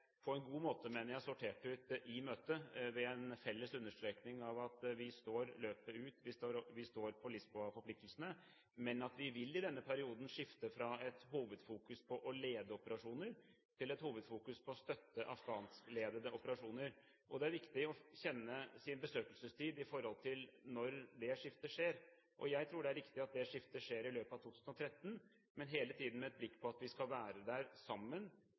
på en god måte, mener jeg – sortert ut i møtet ved en felles understrekning av at vi står løpet ut, vi står på Lisboa-forpliktelsene, men at vi i denne perioden vil skifte fra et hovedfokus på å lede operasjoner til et hovedfokus på å støtte afghanskledete operasjoner. Det er viktig å kjenne sin besøkelsestid for når det skiftet skjer. Jeg tror det er riktig at det skiftet skjer i løpet av 2013, men hele tiden med et blikk på at vi skal være der sammen